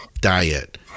diet